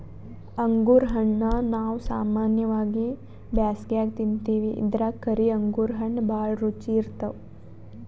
ಅಂಗುರ್ ಹಣ್ಣಾ ನಾವ್ ಸಾಮಾನ್ಯವಾಗಿ ಬ್ಯಾಸ್ಗ್ಯಾಗ ತಿಂತಿವಿ ಇದ್ರಾಗ್ ಕರಿ ಅಂಗುರ್ ಹಣ್ಣ್ ಭಾಳ್ ರುಚಿ ಇರ್ತವ್